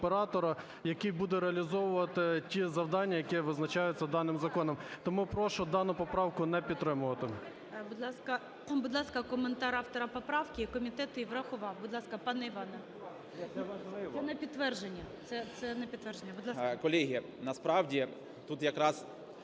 який буде реалізовувати ті завдання, які визначаються даним законом. Тому прошу дану поправку не підтримувати. ГОЛОВУЮЧИЙ. Будь ласка, коментар автора поправки. Комітет її врахував. Будь ласка, пане Іване. Це на підтвердження. Це на підтвердження,